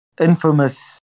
infamous